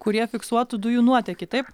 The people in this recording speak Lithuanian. kurie fiksuotų dujų nuotėkį taip